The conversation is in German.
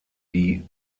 die